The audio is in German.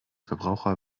verbraucher